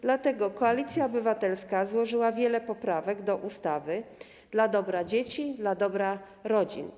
Dlatego Koalicja Obywatelska złożyła wiele poprawek do ustawy - dla dobra dzieci, dla dobra rodzin.